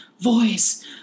voice